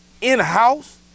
in-house